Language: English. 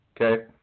okay